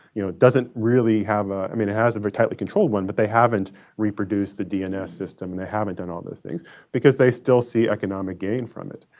you know, doesn't really have a i mean, it has a tightly controlled one, but they haven't reproduced a dns system. they haven't done all those things because they still see economic gain from it.